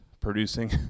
producing